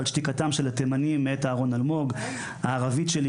"על שתיקתם של התימנים" מאת אהרון אלמוג; "הערבית שלי